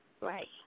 Right